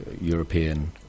European